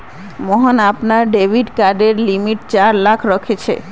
मोहन अपनार डेबिट कार्डेर लिमिट चार लाख राखिलछेक